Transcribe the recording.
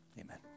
Amen